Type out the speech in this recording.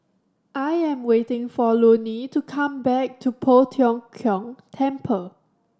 I am waiting for Loney to come back to Poh Tiong Kiong Temple